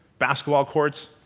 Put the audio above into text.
basketball courts,